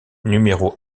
numéro